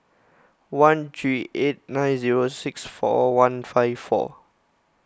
one three eight nine zero six four one five four